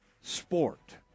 sport